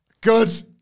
Good